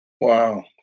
Wow